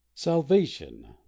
salvation